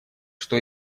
что